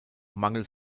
mangels